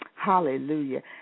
Hallelujah